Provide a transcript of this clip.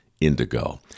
indigo